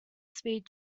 speed